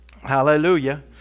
hallelujah